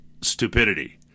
stupidity